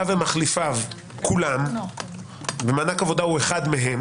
ומחליפיו כולם ומענק עבודה הוא אחד מהם